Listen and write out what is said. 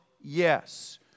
yes